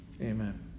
Amen